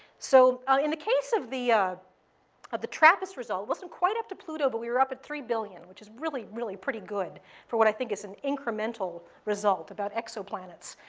so ah in the case of the of the trappist result, it wasn't quite up to pluto, but we were up at three billion, which is really, really pretty good for what i think is an incremental result about exoplanets.